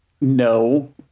no